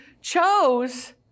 chose